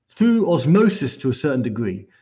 through osmosis to a certain degree,